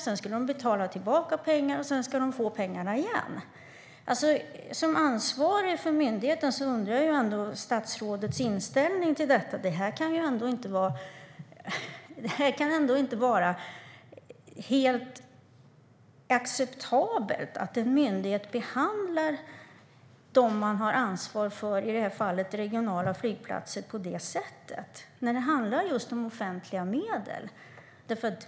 Sedan skulle de betala tillbaka pengar, och så ska de nu få pengarna igen. Eftersom statsrådet är ansvarig för myndigheten undrar jag ändå över statsrådets inställning till detta. Det kan inte vara helt acceptabelt att en myndighet behandlar dem man har ansvar för, i det här fallet regionala flygplatser, på det sättet när det handlar om offentliga medel.